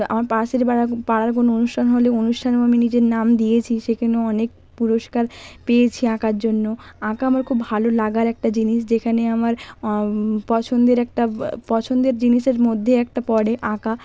আমার পাশের পাড়ার পাড়ার কোনো অনুষ্ঠান হলেও অনুষ্ঠানেও আমি নিজের নাম দিয়েছি সেখানেও অনেক পুরস্কার পেয়েছি আঁকার জন্য আঁকা আমার খুব ভালো লাগার একটা জিনিস যেখানে আমার পছন্দের একটা পছন্দের জিনিসের মধ্যে একটা পড়ে আঁকা